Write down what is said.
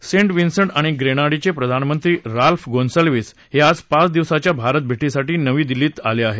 Saint Vincent आणि ग्रेनाडीचे प्रधानमंत्री राल्फ गोन्साल्विस हे आज पाच दिवसाच्या भारत भेटीसाठी आज नवी दिल्लीत आले आहेत